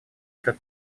этот